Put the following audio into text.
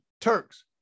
Turks